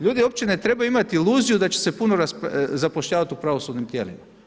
Ljudi uopće ne trebaju imat iluziju da će se puno zapošljavat u pravosudnim tijelima.